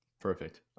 Perfect